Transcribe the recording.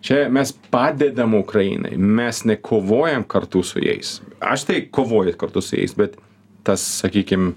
čia mes padedam ukrainai mes nekovojam kartu su jais aš tai kovoju kartu su jais bet tas sakykim